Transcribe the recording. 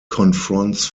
confronts